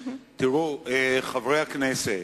תראו, חברי הכנסת,